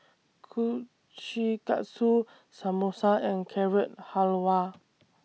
Kushikatsu Samosa and Carrot Halwa